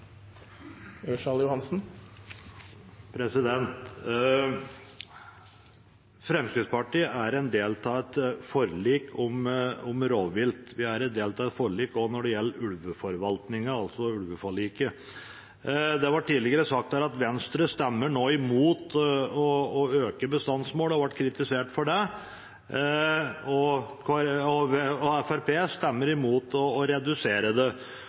del av et forlik om rovvilt. Vi er også en del av et forlik når det gjelder ulveforvaltning, altså ulveforliket. Det ble tidligere sagt at Venstre nå stemmer imot å øke bestandsmålet, og ble kritisert for det. Fremskrittspartiet stemmer imot å redusere det.